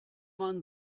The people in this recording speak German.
man